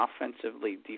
offensively